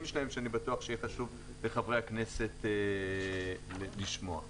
שלהם ואני בטוח שיהיה חשוב לחברי הכנסת לשמוע אותם.